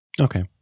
Okay